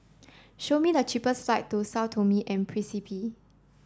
show me the cheapest flights to Sao Tome and Principe